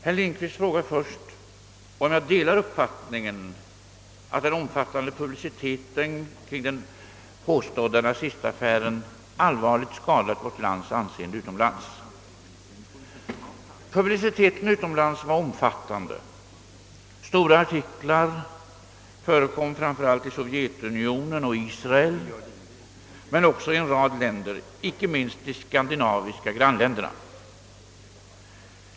Herr Lindkvist frågar först om jag delar uppfattningen att den omfattande publiciteten kring den påstådda nazistaffären allvarligt skadat vårt lands anseende utomlands. Publiciteten utomlands var omfattande. Stora artiklar förekom framför allt i Sovjetunionen och Israel men också i en rad andra länder, inte minst de skandinaviska grannländerna.